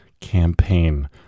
campaign